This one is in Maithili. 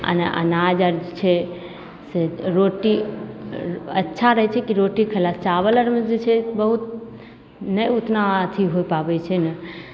अना अनाज आर छै सिर्फ रोटी अच्छा रहय छै कि रोटी खयलासँ चावल आरमे जे छै से बहुत नहि उतना अथी हो पाबय छै ने